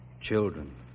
Children